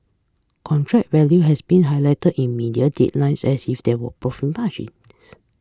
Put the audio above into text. contract value has been highlighted in media headlines as if there were profit margins